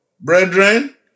brethren